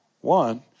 one